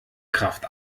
kraft